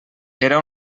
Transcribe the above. era